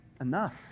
enough